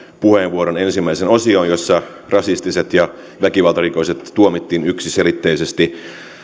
puheenvuoron ensimmäiseen osioon jossa rasistiset ja väkivaltarikokset tuomittiin yksiselitteisesti